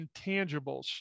intangibles